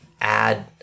add